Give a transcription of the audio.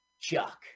Chuck